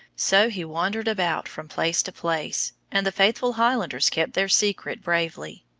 so he wandered about from place to place, and the faithful highlanders kept their secret bravely,